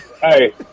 Hey